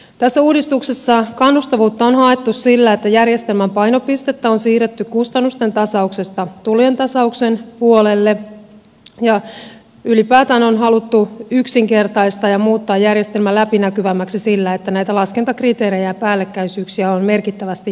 tässä uudistuksessa kannustavuutta on haettu sillä että järjestelmän painopistettä on siirretty kustannusten tasauksesta tulojen tasauksen puolelle ja ylipäätään on haluttu yksinkertaistaa ja muuttaa järjestelmä läpinäkyvämmäksi sillä että näitä laskentakriteerejä ja päällekkäisyyksiä on merkittävästi poistettu